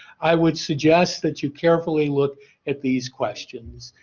i would suggest that you carefully look at these questions.